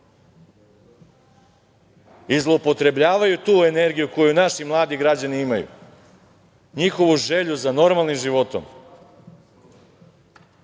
ovde. Zloupotrebljavaju tu energiju koju naši mladi građani imaju. Njihovu želju za normalnim životom,